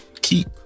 keep